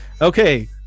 okay